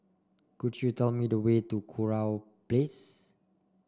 could you tell me the way to Kurau Place